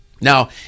Now